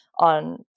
on